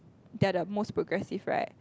they are the most progressive right